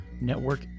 Network